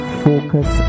focus